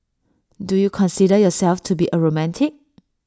do you consider yourself to be A romantic